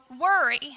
worry